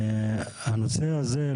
הנושא הזה,